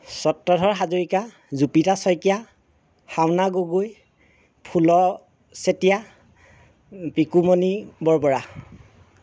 Chatradhar Hazarika Jupidhar Saikia Haona Gogoi Phul Chetia Bikumoni Borbora